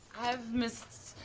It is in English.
i've missed.